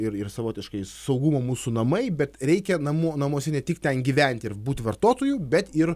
ir ir savotiškai saugumo mūsų namai bet reikia namo namuose ne tik ten gyventi ir būti vartotoju bet ir